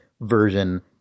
version